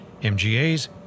MGAs